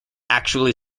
actually